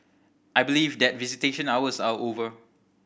I believe that visitation hours are over